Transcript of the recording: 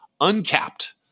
uncapped